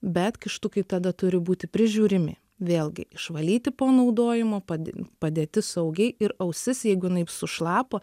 bet kištukai tada turi būti prižiūrimi vėlgi išvalyti po naudojimo pad padėti saugiai ir ausis jeigu jinai sušlapo